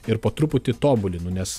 ir po truputi tobulinu nes